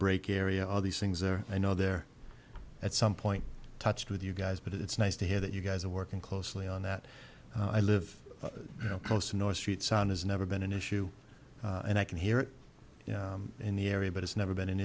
brake area all these things are i know they're at some point touched with you guys but it's nice to hear that you guys are working closely on that i live close to north street sound has never been an issue and i can hear it in the area but it's never been an